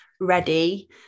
ready